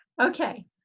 okay